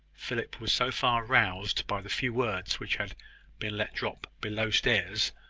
philip was so far roused by the few words which had been let drop below-stairs,